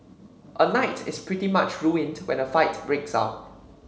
a night is pretty much ruined when a fight breaks out